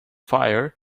fire